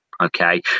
okay